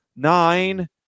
Nine